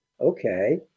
okay